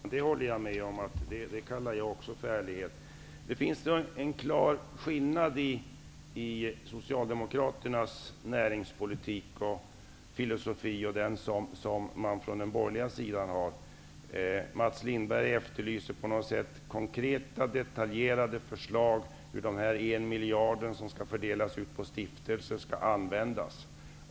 Herr talman! Det kallar jag också för ärlighet. Det finns en klar skillnad mellan Socialdemokraternas näringspolitik och filosofi och den borgerliga sidans. Mats Lindberg efterlyser konkreta, detaljerade förslag om hur den miljard kronor som skall fördelas till stiftelser skall användas.